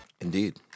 Indeed